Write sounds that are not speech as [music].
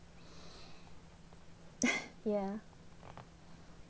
[laughs] ya